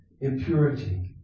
Impurity